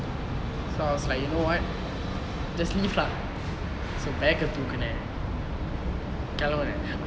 so I was like you know what just leave ah so bag eh தூக்குன கெலம்புன:thookune kelambune